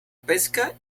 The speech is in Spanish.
pesca